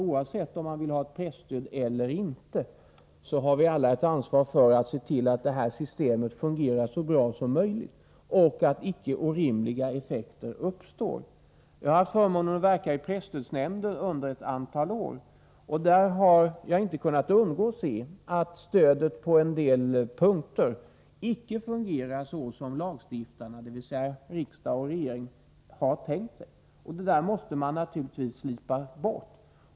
Oavsett om vi vill ha ett presstöd eller inte, har vi självfallet alla ett ansvar för att se till att systemet fungerar så bra som möjligt och att icke orimliga effekter uppkommer. Jag har haft förmånen att verka i presstödsnämnden under ett antal år. Där har jag inte kunnat undgå att se att stödet på en del punkter inte fungerar så som lagstiftarna, dvs. riksdag och regering, har tänkt sig. Vissa ojämnheter måste man naturligtvis slipa bort.